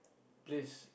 place